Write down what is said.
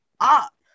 up